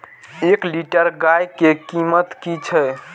एक लीटर गाय के कीमत कि छै?